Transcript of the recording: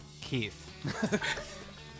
Keith